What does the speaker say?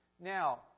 Now